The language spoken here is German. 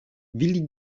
willi